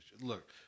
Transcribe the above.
look